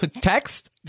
text